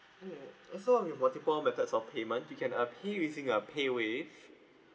mm so we have multiple methods of payment you can uh pay using a pay wave